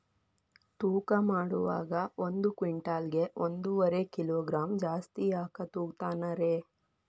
ತೂಕಮಾಡುವಾಗ ಒಂದು ಕ್ವಿಂಟಾಲ್ ಗೆ ಒಂದುವರಿ ಕಿಲೋಗ್ರಾಂ ಜಾಸ್ತಿ ಯಾಕ ತೂಗ್ತಾನ ರೇ?